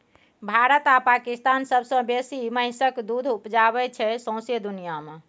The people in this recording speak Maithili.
भारत आ पाकिस्तान सबसँ बेसी महिषक दुध उपजाबै छै सौंसे दुनियाँ मे